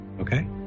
okay